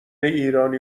ایرانی